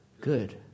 good